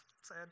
sad